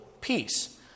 peace